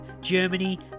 Germany